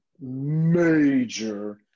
major